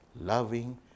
Loving